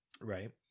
Right